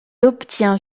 obtient